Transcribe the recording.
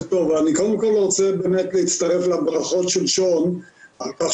אני קודם כל רוצה להצטרף לברכות של שון על כך